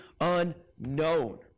unknown